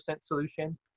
solution